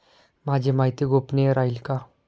माझी माहिती गोपनीय राहील का?